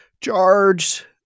charged